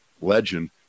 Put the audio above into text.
legend